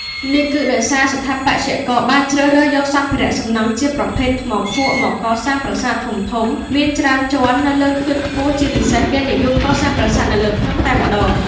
នេះគឺដោយសារស្ថាបត្យករបានជ្រើសរើស យកសម្ភារៈ សំណង់ជាប្រភេទ ថ្មភក់មកកសាងប្រាសាទធំៗ មានច្រើនជាន់ នៅលើខឿនខ្ពស់ ជាពិសេស គេនិយម កសាងប្រាសាទនៅលើភ្នំតែម្តង។